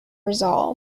resolve